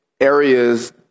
areas